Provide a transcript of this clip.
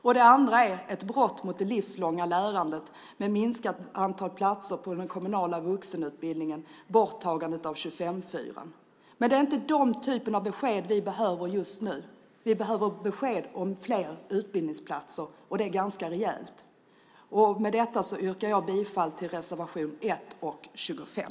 Det andra beskedet är ett brott mot det livslånga lärandet genom ett minskat antal platser på den kommunala vuxenutbildningen och borttagandet av 25:4-regeln. Det är inte den typen av besked vi behöver just nu. Vi behöver besked om fler utbildningsplatser, och det ganska rejält. Med detta yrkar jag bifall till reservationerna 1 och 25.